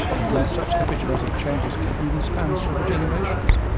indeed such epigenetic changes can even span several generations,